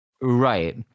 Right